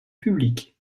publiques